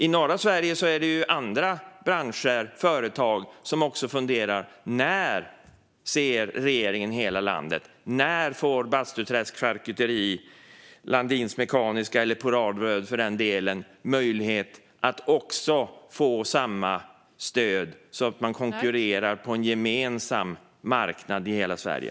I norra Sverige är det andra branscher och företag som funderar: När ska regeringen se hela landet? När får Bastuträsk Charkuteri och Landins Mekaniska - eller Polarbröd, för den delen - möjlighet att få samma stöd så att man konkurrerar på en gemensam marknad i hela Sverige?